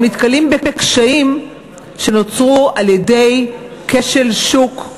הם נתקלים בקשיים שנוצרו על-ידי כשל שוק,